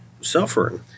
suffering